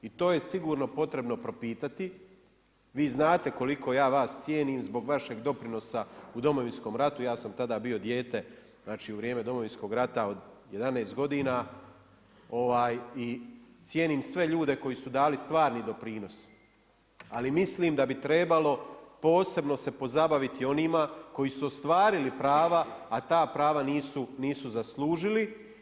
I to je sigurno potrebno propitati, vi znate koliko ja vas cijenim zbog vašeg doprinosa u Domovinskom ratu, ja sam tada bio dijete, znači u vrijeme Domovinskog rata od 11 godina, i cijenim sve ljude koji su dali stvarni doprinos, ali mislim da bi trebalo posebno se pozabaviti onima koji su ostvarili prava a ta prava nisu zaslužili.